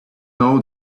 know